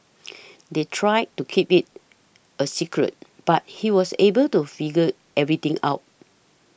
they tried to keep it a secret but he was able to figure everything out